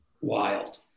wild